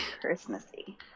Christmassy